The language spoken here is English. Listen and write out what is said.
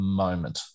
moment